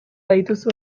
badituzu